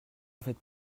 faites